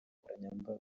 nkoranyambaga